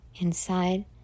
Inside